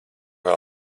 vēl